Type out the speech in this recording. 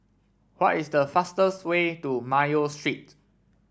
what is the fastest way to Mayo Street